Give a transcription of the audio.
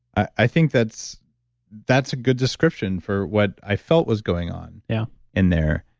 i think that's that's a good description for what i felt was going on yeah in there.